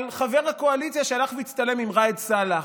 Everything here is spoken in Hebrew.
על חבר הקואליציה שהלך והצטלם עם ראאד סלאח.